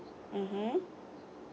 mmhmm